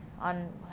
on